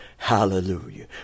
Hallelujah